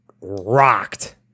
rocked